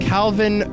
Calvin